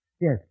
Yes